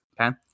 Okay